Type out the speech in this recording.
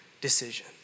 decision